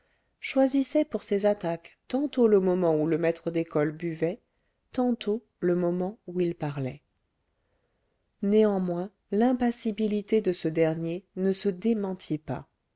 choisissait pour ses attaques tantôt le moment où le maître d'école buvait tantôt le moment où il parlait néanmoins l'impassibilité de ce dernier ne se démentit pas